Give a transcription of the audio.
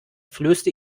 flößte